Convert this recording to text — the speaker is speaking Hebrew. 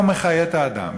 הוא המחיה את האדם.